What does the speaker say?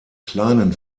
kleinen